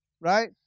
right